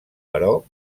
però